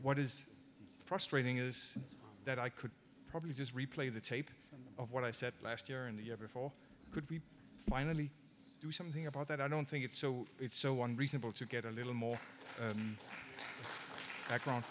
what is frustrating is that i could probably just replay the tape of what i said last year in the ever fall could we finally do something about that i don't think it's so it's so one reasonable to get a little more